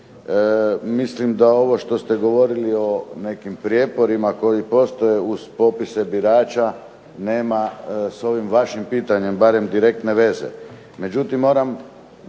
Mislim da ovo što ste govorili o nekim prijeporima koji postoje uz popise birača nema s ovim vašim pitanjem barem direktne veze.